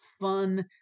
fun